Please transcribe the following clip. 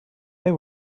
they